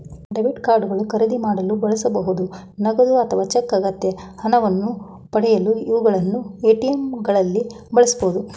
debit card ಗಳು ಖರೀದಿ ಮಾಡಲು ಬಳಸಬಹುದು ನಗದು ಅಥವಾ ಚೆಕ್ ಅಗತ್ಯ ಹಣವನ್ನು ಪಡೆಯಲು ಇವುಗಳನ್ನು ಎ.ಟಿ.ಎಂ ಗಳಲ್ಲಿ ಬಳಸಬಹುದು